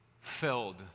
filled